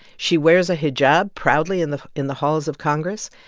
she wears a hijab proudly in the in the halls of congress.